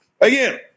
Again